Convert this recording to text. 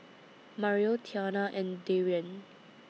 Mario Tiana and Darian